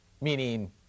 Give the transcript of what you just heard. meaning